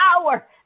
power